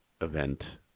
event